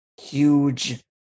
huge